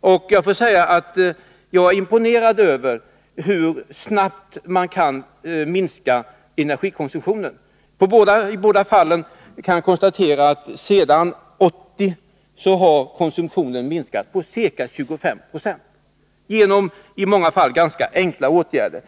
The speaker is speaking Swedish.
par tätorter, och jag är imponerad över hur snabbt man kan minska energikonsumtionen. I båda fallen kan jag konstatera att konsumtionen sedan 1980 har minskat med ca 25 Jo, i många fall genom ganska enkla åtgärder.